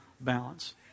balance